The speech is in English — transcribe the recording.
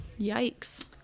yikes